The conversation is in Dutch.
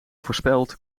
voorspeld